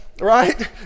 Right